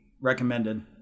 recommended